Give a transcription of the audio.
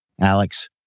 Alex